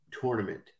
tournament